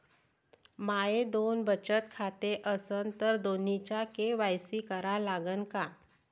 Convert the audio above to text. माये दोन बचत खाते असन तर दोन्हीचा के.वाय.सी करा लागन का?